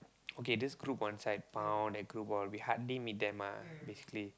okay this group one side pound that group all we hardly meet them ah basically